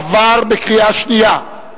עברה בקריאה שנייה.